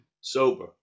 sober